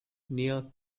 near